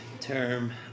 term